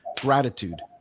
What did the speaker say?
gratitude